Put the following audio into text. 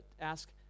ask